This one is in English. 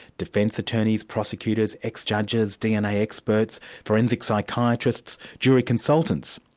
defence attorneys, prosecutors, ex-judges, dna experts, forensic psychiatrists, jury consultants.